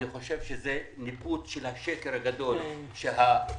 אני חושב שזה ניפוץ של השקר הגדול שהדרוזים